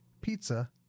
pizza